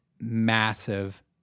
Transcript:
massive